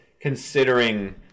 considering